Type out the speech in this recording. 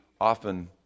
often